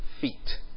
feet